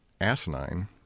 asinine